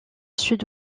sud